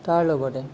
তাৰ লগতে